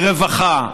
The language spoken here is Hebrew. מרווחה,